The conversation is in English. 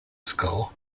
school